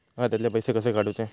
खात्यातले पैसे कसे काडूचे?